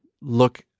look